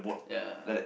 ya